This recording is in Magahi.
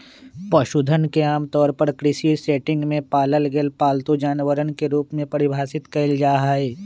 पशुधन के आमतौर पर कृषि सेटिंग में पालल गेल पालतू जानवरवन के रूप में परिभाषित कइल जाहई